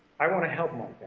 i want to help my